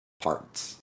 parts